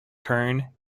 kern